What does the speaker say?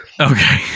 okay